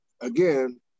again